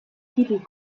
titel